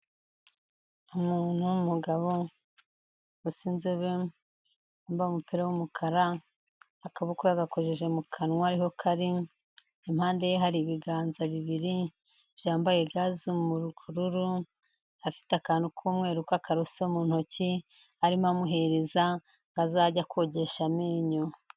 Umuntu w'umugabo usa inzobe wambaye umupira w'umukara, akaboko yagakojeje mu kanwa, ariho kari impande ye hari ibiganza bibiri byambaye ga z'ururu, afite akantu k'umweru k'akaroso mu ntoki, arimo amuhereza ngo azajye akogesha amenyo.